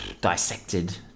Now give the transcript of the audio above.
dissected